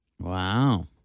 Wow